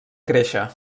créixer